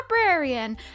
Librarian